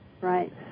Right